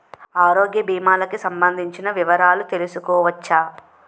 ఆరోగ్య భీమాలకి సంబందించిన వివరాలు తెలుసుకోవచ్చా?